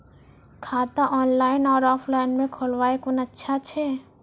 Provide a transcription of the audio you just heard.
खाता ऑनलाइन और ऑफलाइन म खोलवाय कुन अच्छा छै?